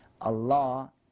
Allah